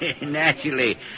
Naturally